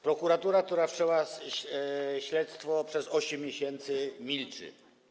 Prokuratura, która wszczęła śledztwo, przez 8 miesięcy milczy.